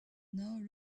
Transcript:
now